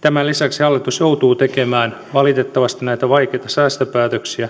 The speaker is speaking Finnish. tämän lisäksi hallitus joutuu tekemään valitettavasti näitä vaikeita säästöpäätöksiä